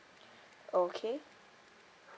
okay